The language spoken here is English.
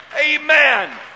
Amen